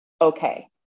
okay